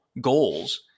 goals